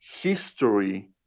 history